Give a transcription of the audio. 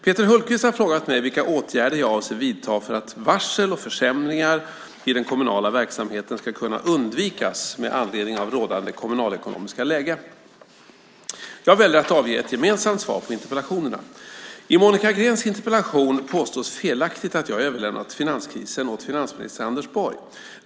Peter Hultqvist har frågat mig vilka åtgärder jag avser att vidta för att varsel och försämringar i den kommunala verksamheten ska kunna undvikas med anledning av rådande kommunalekonomiska läge. Jag väljer att avge ett gemensamt svar på interpellationerna. I Monica Greens interpellation påstås felaktigt att jag överlämnat finanskrisen åt finansminister Anders Borg.